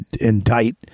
indict